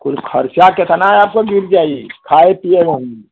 कुल खर्चा कितना आपक गिर जाई खाए पिए में ही